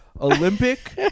Olympic